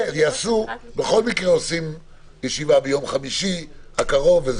בכל מקרה עושים ישיבה ביום חמישי הקרוב,